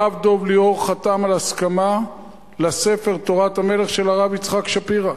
הרב דב ליאור חתם על הסכמה לספר "תורת המלך" של הרב יצחק שפירא.